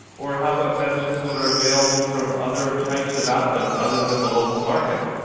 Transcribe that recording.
or how about medicines that are available from other types of outlets other than the local markets?